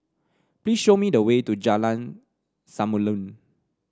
please show me the way to Jalan Samulun